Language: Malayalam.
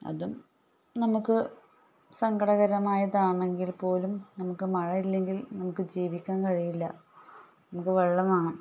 അതും നമുക്ക് സങ്കടകരമായതാണെങ്കിൽ പോലും നമുക്ക് മഴയില്ലെങ്കിൽ നമുക്ക് ജീവിക്കാൻ കഴിയില്ല നമുക്ക് വെള്ളം വേണം